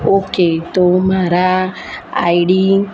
okay તો મારા ID